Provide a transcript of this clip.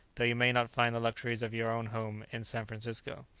though you may not find the luxuries of your own home in san francisco.